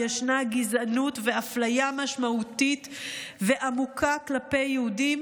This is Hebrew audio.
ישנה גזענות ואפליה משמעותית ועמוקה כלפי יהודים,